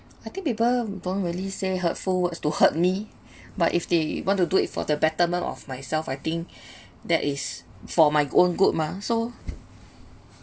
I think people don't really say hurtful words to hurt me but if they want to do it for the betterment of myself I think that is for my own good mah so